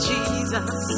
Jesus